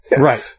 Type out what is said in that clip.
Right